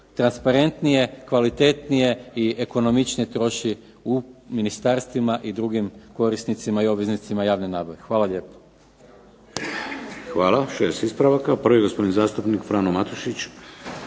transparentnije, kvalitetnije i ekonomičnije troši u ministarstvima i drugim korisnicima i obveznicima javne nabave. Hvala lijepo. **Šeks, Vladimir (HDZ)** Hvala. 6 ispravaka, prvi gospodin zastupnik Frano Matušić.